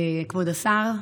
כבוד השר,